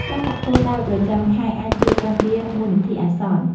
ការដាក់គោលដៅប្រចាំខែអាចជួយការពារមូលនិធិអាសន្ន។